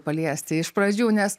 paliesti iš pradžių nes